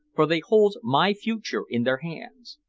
for they hold my future in their hands.